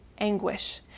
anguish